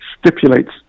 Stipulates